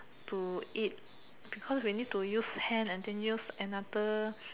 to eat because we need to use hand and then use another